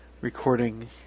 recording